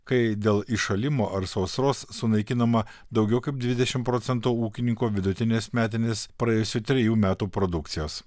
kai dėl iššalimo ar sausros sunaikinama daugiau kaip dvidešim procentų ūkininko vidutinės metinės praėjusių trejų metų produkcijos